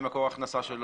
אם זה מקור ההכנסה שלו,